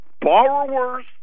Borrowers